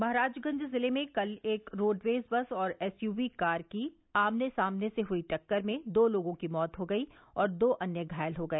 महराजगंज जिले में कल एक रोडवेज बस और एसयूवी कार की आमने सामने से हुई टक्कर में दो लोगों की मौत हो गयी और दो अन्य घायल हो गए